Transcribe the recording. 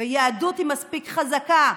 היהדות היא מספיק חזקה,